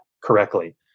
correctly